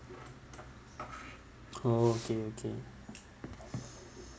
okay okay